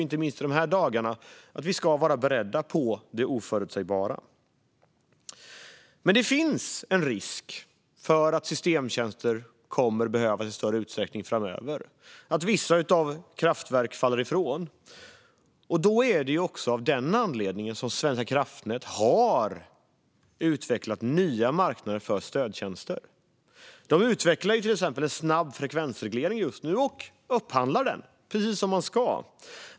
Inte minst i de här dagarna vet vi att vi ska vara beredda på det oförutsägbara. Men det finns en risk för att systemtjänster kommer att behövas i större utsträckning framöver om vissa kraftverk faller ifrån. Av den anledningen har Svenska kraftnät utvecklat nya marknader för stödtjänster. Man utvecklar till exempel just nu en snabb frekvensreglering och upphandlar den, precis som man ska.